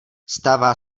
stává